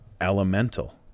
elemental